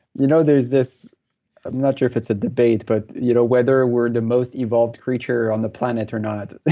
you know there's this. i'm not sure if it's a debate, but you know whether we're the most evolved creature on the planet or not.